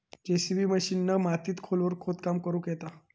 JCB मशिनीन मातीत खोलवर खोदकाम करुक येता